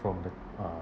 from the uh